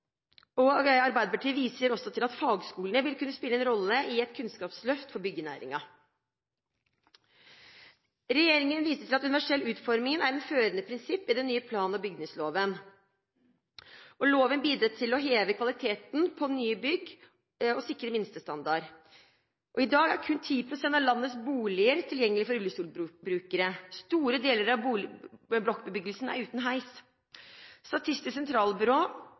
og ansvarsfordeling. Arbeiderpartiet viser også til at fagskolene vil kunne spille en rolle i et kunnskapsløft for byggenæringen. Regjeringen viser til at universell utforming er et førende prinsipp i den nye plan- og bygningsloven. Loven bidrar til å heve kvaliteten på nye bygg og sikre en minstestandard. I dag er kun 10 pst. av landets boliger tilgjengelige for rullestolbrukere. Store deler av blokkbebyggelsen er uten heis. Statistisk